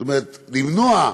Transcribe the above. זאת אומרת, למנוע,